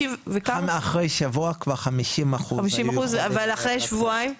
אחרי שבוע כבר 50% היו יכולים לצאת.